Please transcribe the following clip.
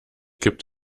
gibt